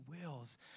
wills